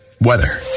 weather